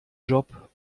job